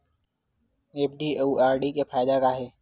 FD अउ RD के का फायदा हे?